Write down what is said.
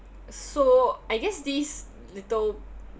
so I guess this little